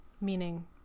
Meaning